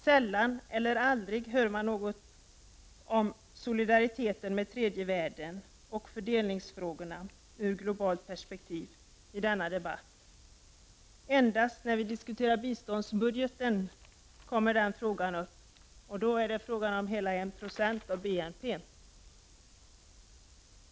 Sällan eller aldrig hör man i den debatten något om solidariteten med tredje världen och fördelningsfrågorna ur globalt perspektiv. Endast när vi diskuterar biståndsbudgeten kommer den frågan upp, och då är det fråga om hela en procent av BNP!